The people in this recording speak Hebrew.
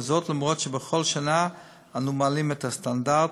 אף שבכל שנה אנו מעלים את הסטנדרט,